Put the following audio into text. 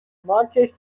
مارکش